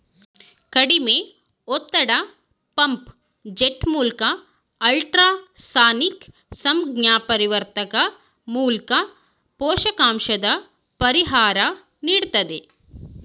ಕಡಿಮೆ ಒತ್ತಡ ಪಂಪ್ ಜೆಟ್ಮೂಲ್ಕ ಅಲ್ಟ್ರಾಸಾನಿಕ್ ಸಂಜ್ಞಾಪರಿವರ್ತಕ ಮೂಲ್ಕ ಪೋಷಕಾಂಶದ ಪರಿಹಾರ ನೀಡ್ತದೆ